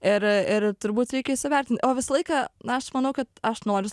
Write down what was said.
ir ir turbūt reikia įsivertint o visą laiką na aš manau kad aš noriu